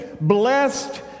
blessed